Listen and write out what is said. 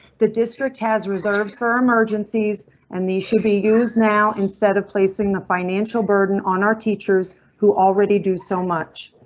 the district has reserves for emergencies and these should be used now instead of placing the financial burden on our teachers who already do so much.